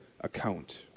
account